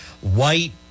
white